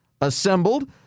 assembled